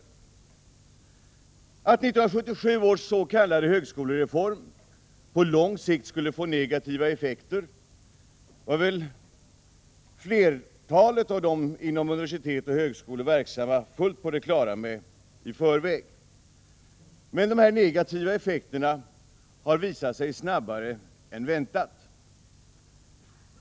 Att 1977 års s.k. högskolereform på lång sikt skulle få negativa effekter var väl flertalet av de inom universitet och högskolor verksamma fullt på det klara med i förväg. Men dessa negativa effekter har visat sig snabbare än väntat.